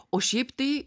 o šiaip tai